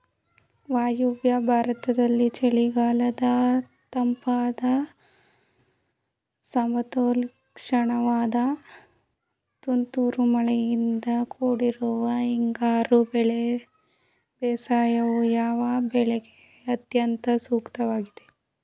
ವಾಯುವ್ಯ ಭಾರತದಲ್ಲಿ ಚಳಿಗಾಲದ ತಂಪಾದ ಸಮಶೀತೋಷ್ಣವಾದ ತುಂತುರು ಮಳೆಯಿಂದ ಕೂಡಿರುವ ಹಿಂಗಾರು ಬೇಸಾಯವು, ಯಾವ ಬೆಳೆಗೆ ಅತ್ಯಂತ ಸೂಕ್ತವಾಗಿದೆ?